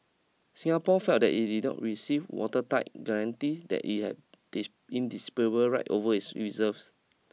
Singapore felt that it did not receive watertight guarantees that it had diss indisputable rights over its reserves